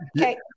Okay